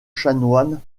chanoines